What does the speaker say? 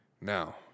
Now